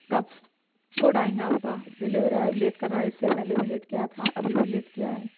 کب ف فوڈ آئے گا آپ کا ڈیلیوری بوائے لیٹ کر رہا ہے اس سے پہلے بھی لیٹ کیا تھا ابھی بھی لیٹ کیا ہے